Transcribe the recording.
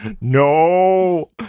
No